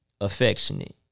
affectionate